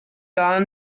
gar